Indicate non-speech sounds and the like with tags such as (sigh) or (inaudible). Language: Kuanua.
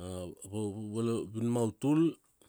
(hesitation) A avalavinun ma utul,